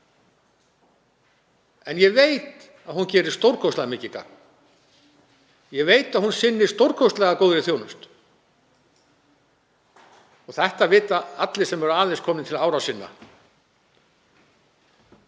en ég veit að hún gerir stórkostlega mikið gagn. Ég veit að hún veitir stórkostlega góða þjónustu. Það vita allir sem eru aðeins komnir til ára sinna.